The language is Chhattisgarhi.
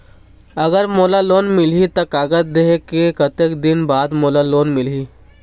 अगर मोला लोन मिलही त कागज देहे के कतेक दिन बाद मोला लोन मिलही?